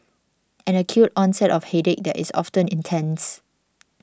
an acute onset of headache that is often intense